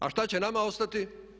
A šta će nama ostati?